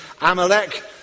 Amalek